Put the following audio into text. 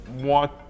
want